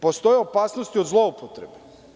Postoje opasnosti od zloupotrebe.